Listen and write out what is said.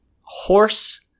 horse